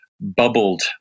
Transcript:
bubbled